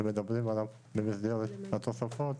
שמדברים עליו במסגרת התוספות,